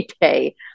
day